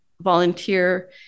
volunteer